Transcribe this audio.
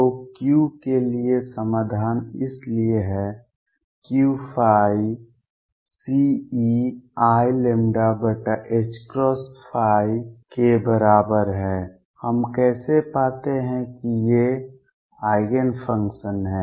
तो Q के लिए समाधान इसलिए है Q Ceiλℏϕ के बराबर है हम कैसे पाते हैं कि ये आइगेन फंक्शन हैं